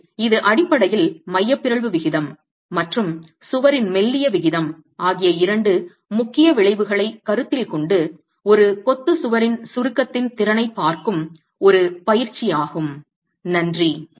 எனவே இது அடிப்படையில் மைய பிறழ்வு விகிதம் மற்றும் சுவரின் மெல்லிய விகிதம் ஆகிய இரண்டு முக்கிய விளைவுகளைக் கருத்தில் கொண்டு ஒரு கொத்துச் சுவரின் சுருக்கத்தின் திறனைப் பார்க்கும் ஒரு பயிற்சியாகும்